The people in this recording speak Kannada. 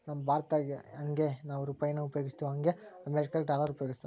ನಮ್ ಭಾರತ್ದಾಗ ಯಂಗೆ ನಾವು ರೂಪಾಯಿನ ಉಪಯೋಗಿಸ್ತಿವೋ ಹಂಗೆ ಅಮೇರಿಕುದಾಗ ಡಾಲರ್ ಉಪಯೋಗಿಸ್ತಾರ